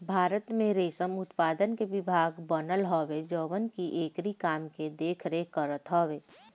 भारत में रेशम उत्पादन के विभाग बनल हवे जवन की एकरी काम के देख रेख करत हवे